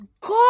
God